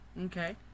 Okay